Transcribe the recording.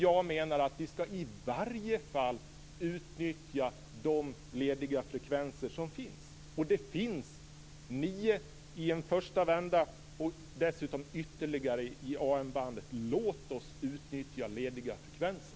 Jag menar att vi i alla fall skall utnyttja de lediga frekvenser som finns. Det finns nio i en första vända, och dessutom ytterligare i AM-bandet. Låt oss utnyttja lediga frekvenser!